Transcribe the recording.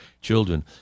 children